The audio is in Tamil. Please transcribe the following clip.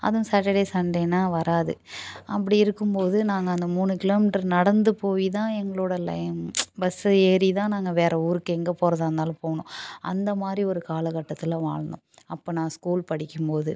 அதுவும் சாட்டர்டே சண்டேனால் வராது அப்படி இருக்கும் போது நாங்கள் அந்த மூணு கிலோமீட்டர் நடந்து போய் தான் எங்களோட லை பஸ்ஸு ஏறி தான் நாங்கள் வேற ஊருக்கு எங்கே போகிறதா இருந்தாலும் போகணும் அந்த மாதிரி ஒரு காலகட்டத்தில் வாழ்ந்தோம் அப்போ நான் ஸ்கூல் படிக்கும் போது